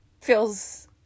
feels